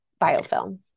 biofilm